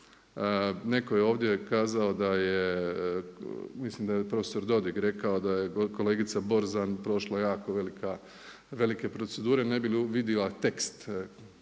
neko je ovdje kazao da je mislim da je profesor Dodig rekao da je kolegica Borzan prošla jako velike procedure ne bi li vidjela tekst